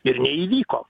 ir neįvyko